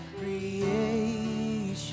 creation